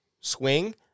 swing